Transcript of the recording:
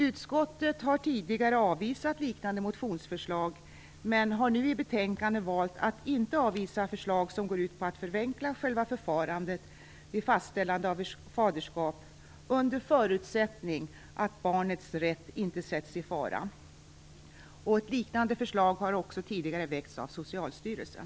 Utskottet har tidigare avvisat liknande motionsförslag, men har nu i betänkandet valt att inte avvisa förslag som går ut på att förenkla själva förfarandet vid fastställande av faderskap under förutsättning att barnets rätt inte sätts i fara. Liknande förslag har också tidigare väckts av Socialstyrelsen.